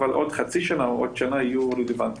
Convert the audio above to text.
בעוד חצי שנה או בעוד שנה הם יהיו רלוונטיים.